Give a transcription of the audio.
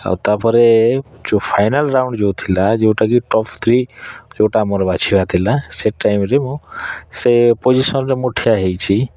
ଆଉ ତା'ପରେ ଯେଉଁ ଫାଇନାଲ୍ ରାଉଣ୍ଡ ଯେଉଁ ଥିଲା ଯେଉଁଟା କି ଟପ୍ ଥ୍ରୀ ଯେଉଁଟା ଆମର ବାଛିବାର ଥିଲା ସେ ଟାଇମ୍ରେ ମୁଁ ସେ ପୋଜିସନ୍ରେ ମୁଁ ଠିଆ ହେଇଛି